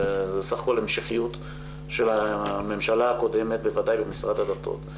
זה סך הכול המשכיות של הממשלה הקודמת בוודאי במשרד הדתות.